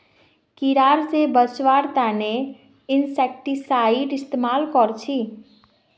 कीड़ा से बचावार तने इंसेक्टिसाइड इस्तेमाल कर छी